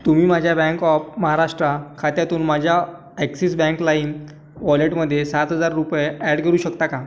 तुम्ही माझ्या bank of Maharashtra खात्यातून माझ्या ॲक्सिस बँक लाईम वॉलेटमध्ये सात हजार रुपये ॲड करू शकता का